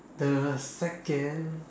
the second